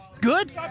Good